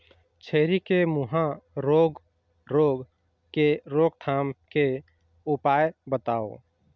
छेरी के मुहा रोग रोग के रोकथाम के उपाय बताव?